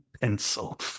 pencil